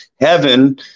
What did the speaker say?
heaven